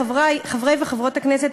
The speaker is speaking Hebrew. חברי וחברות הכנסת,